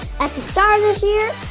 at the start of this year,